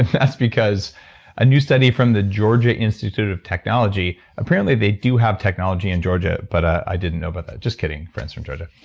that's because a new study from the georgia institute of technology, apparently they do have technology in georgia, but i didn't know about but that. just kidding, friends from georgia.